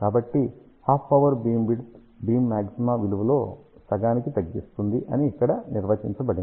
కాబట్టి half power beam width beam maxima విలువలో సగానికి తగ్గిస్తుంది అని ఇక్కడ నిర్వచించబడింది